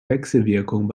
wechselwirkung